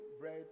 bread